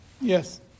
Yes